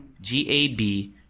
G-A-B